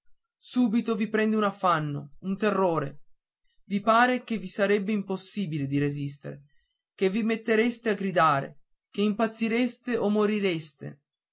subito vi prende un affanno un terrore vi pare che vi sarebbe impossibile di resistere che vi mettereste a gridare che impazzireste o morireste